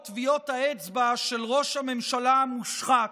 טביעות האצבע של ראש הממשלה המושחת,